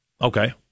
Okay